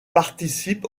participe